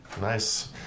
Nice